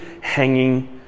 hanging